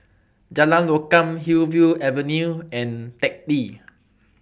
Jalan Lokam Hillview Avenue and Teck Lee